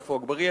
עפו אגבאריה,